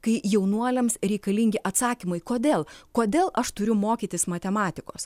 kai jaunuoliams reikalingi atsakymai kodėl kodėl aš turiu mokytis matematikos